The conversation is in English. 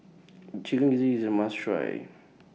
Chicken Gizzard IS A must Try